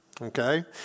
okay